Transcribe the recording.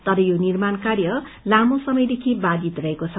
तर यो निर्माण कार्य लामो समयदेखि बाघित रहेको छ